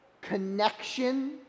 connection